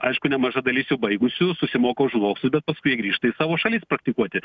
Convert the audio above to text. aišku nemaža dalis jų baigusių susimoka už mokslus bet paskui jie grįžta į savo šalis praktikuoti